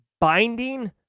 binding